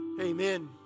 amen